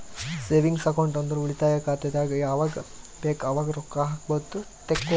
savings account ಅಂದುರ್ ಉಳಿತಾಯ ಖಾತೆದಾಗ್ ಯಾವಗ್ ಬೇಕ್ ಅವಾಗ್ ರೊಕ್ಕಾ ಹಾಕ್ಬೋದು ತೆಕ್ಕೊಬೋದು